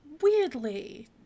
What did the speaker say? weirdly